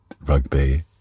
rugby